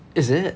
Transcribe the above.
is it